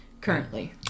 currently